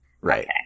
Right